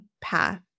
path